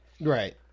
right